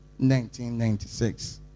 1996